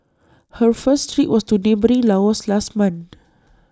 her first trip was to neighbouring Laos last month